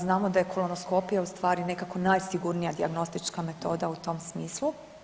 Znamo da je kolonoskopija u stvari nekako najsigurnija dijagnostička metoda u tom smislu.